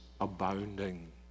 abounding